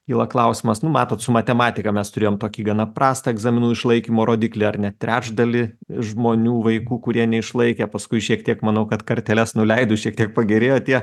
kyla klausimas nu matot su matematika mes turėjom tokį gana prastą egzaminų išlaikymo rodiklį ar ne trečdalį žmonių vaikų kurie neišlaikė paskui šiek tiek manau kad karteles nuleido šiek tiek pagerėjo tie